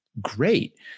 Great